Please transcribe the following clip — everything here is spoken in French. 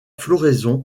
floraison